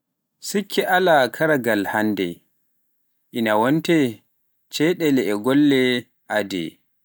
sikke alaa karallaagal hannde ina wonta caɗeele e golle aadee